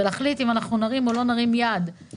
והאם נרים יד בעד או לא.